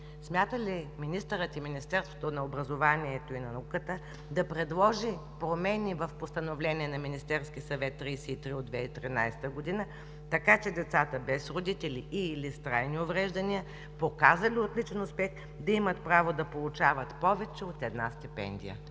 смята ли министърът и Министерството на образованието и науката да предложи промени в Постановление № 33 от 2013 г. на Министерския съвет, така че децата без родители и/или с трайни увреждания, показали отличен успех, да имат право да получават повече от една стипендия?